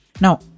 Now